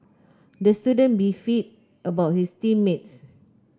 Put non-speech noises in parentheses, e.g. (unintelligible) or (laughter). the student (unintelligible) about his team mates